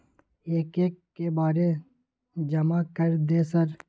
एक एक के बारे जमा कर दे सर?